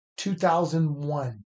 2001